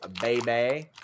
baby